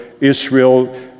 Israel